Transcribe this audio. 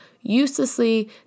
uselessly